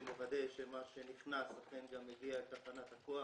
מוודאים שמה שנכנס אכן מגיע לתחנת הכוח,